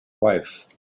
wife